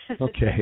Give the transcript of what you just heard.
Okay